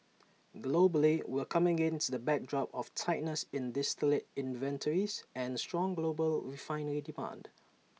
globally we're coming against the backdrop of tightness in distillate inventories and strong global refinery demand